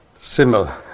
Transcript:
similar